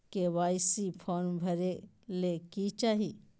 KYC form भरे ले कि चाही?